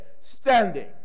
Standing